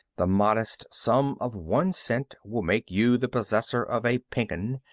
the modest sum of one cent will make you the possessor of a pink un.